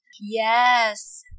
Yes